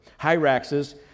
Hyraxes